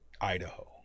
Idaho